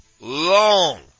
Long